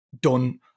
done